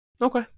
Okay